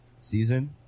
season